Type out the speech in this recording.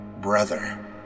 brother